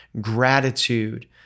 gratitude